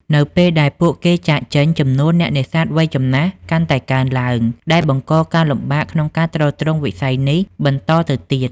នៅពេលដែលពួកគេចាកចេញ ចំនួនអ្នកនេសាទវ័យចំណាស់កាន់តែកើនឡើង ដែលបង្កការលំបាកក្នុងការទ្រទ្រង់វិស័យនេះបន្តទៅទៀត។